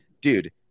dude